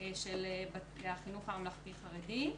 של החינוך הממלכתי-חרדי.